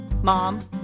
mom